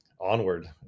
onward